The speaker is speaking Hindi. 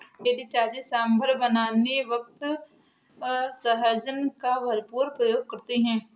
मेरी चाची सांभर बनाने वक्त सहजन का भरपूर प्रयोग करती है